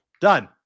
Done